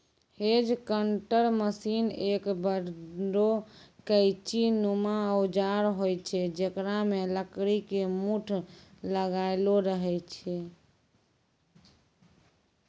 hedge cutter machine एक बड़ो कैंची नुमा औजार होय छै जेकरा मॅ लकड़ी के मूठ लागलो रहै छै